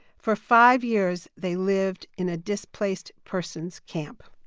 for five years they lived in a displaced persons camp.